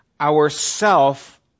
ourself